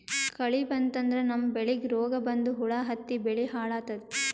ಕಳಿ ಬಂತಂದ್ರ ನಮ್ಮ್ ಬೆಳಿಗ್ ರೋಗ್ ಬಂದು ಹುಳಾ ಹತ್ತಿ ಬೆಳಿ ಹಾಳಾತದ್